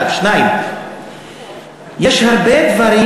1. 2. יש הרבה דברים,